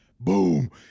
Boom